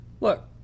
Look